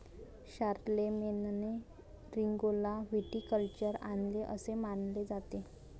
शारलेमेनने रिंगौला व्हिटिकल्चर आणले असे मानले जाते